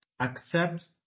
accepts